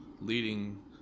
leading